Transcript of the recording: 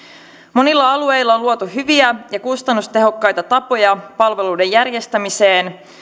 monilla alueilla on luotu hyviä ja kustannustehokkaita tapoja palveluiden järjestämiseen